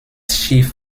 schiff